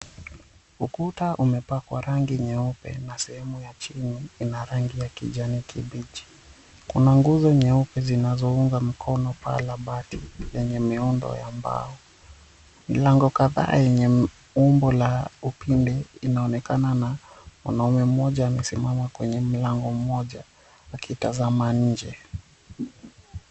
Ukuta umepakwa rangi nyeupe na sehemu ya chini kijani kibichi, kuna nguzo nyeupe zinazounga mkono paa la bati lenye miundo ya mbao, milango kadhaa yenye umbo la upinde inaonekana na mwanaume mmoja amesimama kwenye mlango mmoja akitazama nje.